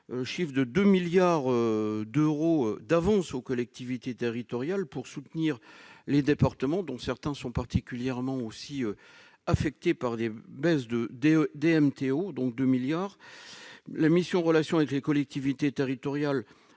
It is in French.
avec 2 milliards d'euros d'avance aux collectivités territoriales pour soutenir les départements, dont certains sont particulièrement affectés par des baisses de DMTO. La mission « Relations avec les collectivités territoriales